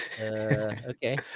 Okay